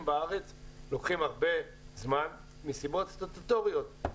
בארץ לוקחים הרבה זמן מסיבות סטטוטוריות.